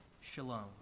shalom